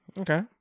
Okay